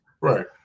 Right